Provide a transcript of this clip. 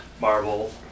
Marvel